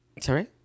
Sorry